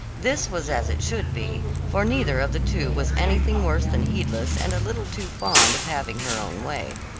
this was as it should be, for neither of the two was anything worse than heedless and a little too fond of having her own way.